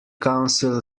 council